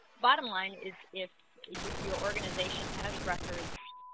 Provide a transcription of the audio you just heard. bottom line is if your organization has records